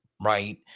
right